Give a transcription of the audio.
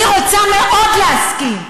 אני רוצה מאוד להסכים,